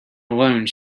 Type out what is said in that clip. alone